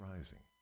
Rising